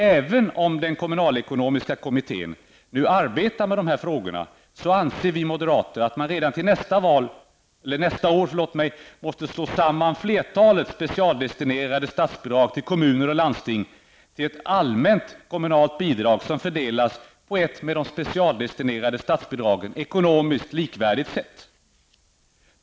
Även om den kommunalekonomiska kommittén nu arbetar med dessa frågor så anser vi moderater att man redan till nästa år måste slå samman flertalet specialdestinerade statsbidrag till kommun och landsting till ett allmänt kommunalt bidrag som fördelas på ett med de specialdestinerade statsbidragen ekonomiskt likvärdigt sätt.